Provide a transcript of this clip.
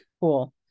Cool